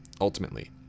ultimately